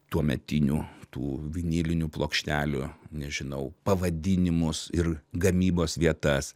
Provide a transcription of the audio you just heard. tuometinių tų vinilinių plokštelių nežinau pavadinimus ir gamybos vietas